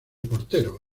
portero